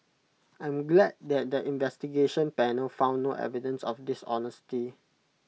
I am glad that the investigation panel found no evidence of dishonesty